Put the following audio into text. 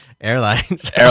Airlines